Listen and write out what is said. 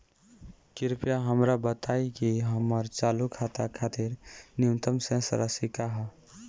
कृपया हमरा बताइं कि हमर चालू खाता खातिर न्यूनतम शेष राशि का ह